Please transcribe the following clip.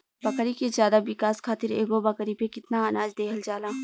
बकरी के ज्यादा विकास खातिर एगो बकरी पे कितना अनाज देहल जाला?